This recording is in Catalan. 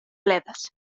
bledes